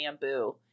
bamboo